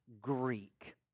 Greek